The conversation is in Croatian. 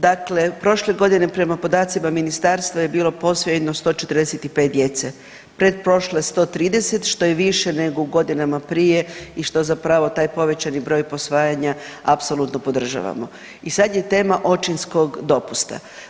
Dakle, prošle godine prema podacima ministarstva je bilo posvojeno 145 djece, pretprošle 130 što je više nego u godinama prije i što zapravo taj povećani broj posvajanja apsolutno podržavamo i sad je tema očinskog dopusta.